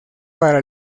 para